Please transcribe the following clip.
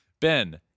Ben